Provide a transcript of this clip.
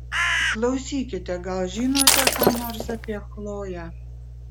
klausykite gal žinote ką nors apie chloję